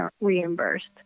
reimbursed